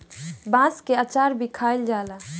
बांस के अचार भी खाएल जाला